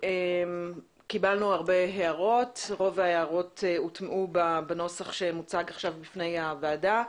קיבלנו הרבה הערות ורוב ההערות הוטמעו בנוסח שמוצג עכשיו בפני הוועדה.